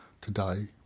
Today